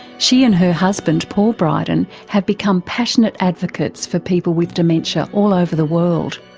she and her husband paul bryden have become passionate advocates for people with dementia all over the world,